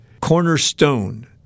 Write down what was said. cornerstone